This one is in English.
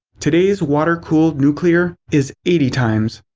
today's water cooled nuclear is eighty times.